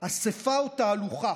שאספה או תהלוכה,